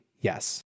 yes